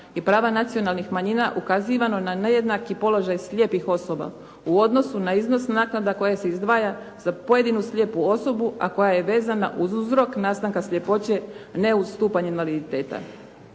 i prava nacionalnih manjina ukazivano na nejednaki položaj slijepih osoba u odnosu na iznos naknada koje se izdvaja za pojedinu slijepu osobu a koja je vezana uz uzrok nastanka sljepoće a ne uz stupanj invaliditeta.